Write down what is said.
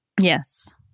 Yes